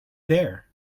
there